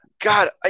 God